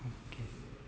okay